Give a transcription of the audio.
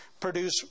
produce